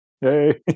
hey